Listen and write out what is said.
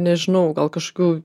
nežinau gal kažkokių